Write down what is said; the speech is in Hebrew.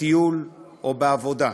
בטיול או בעבודה,